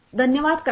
धन्यवाद क्रांती